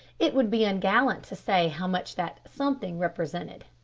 it would be ungallant to say how much that something represented.